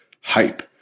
Hype